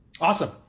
Awesome